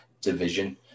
division